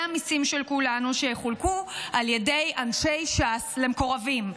המיסים של כולנו שיחולקו על ידי אנשי ש"ס למקורבים.